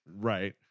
Right